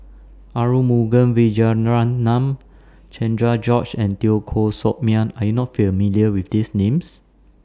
Arumugam Vijiaratnam Cherian George and Teo Koh Sock Miang Are YOU not familiar with These Names